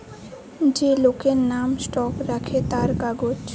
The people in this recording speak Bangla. যে লোকের নাম স্টক রাখে তার কাগজ